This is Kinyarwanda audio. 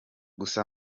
gusa